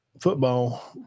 football